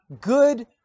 good